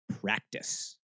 practice